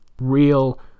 Real